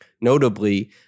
Notably